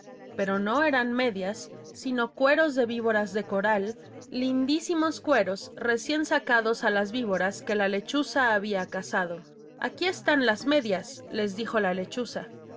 pero no eran medias sino cueros de víboras de coral lindísimos cueros recién sacados a las víboras que la lechuza había cazado aquí están las medias les dijo la lechuza